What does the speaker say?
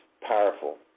powerful